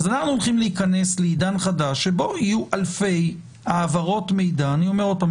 אז אנחנו הולכים להיכנס לעידן חדש שבו יהיו אלפי העברות מידע עוד פעם,